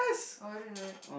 oh I didn't know that